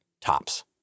Tops